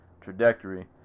trajectory